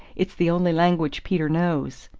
it's the only language peter knows.